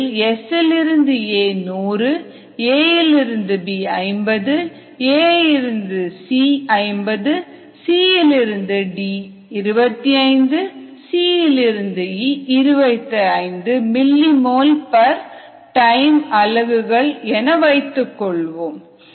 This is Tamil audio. இதில் S A 100 A B 50 A C 5 0 C D 25 C E 25 millimole time அலகுகள் என வைத்துக் கொள்வோம்